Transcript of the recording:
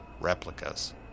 replicas